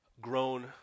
grown